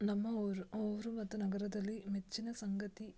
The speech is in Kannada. ನಮ್ಮ ಊರು ಊರು ಮತ್ತು ನಗರದಲ್ಲಿ ಮೆಚ್ಚಿನ ಸಂಗತಿ